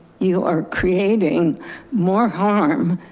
you are creating more harm,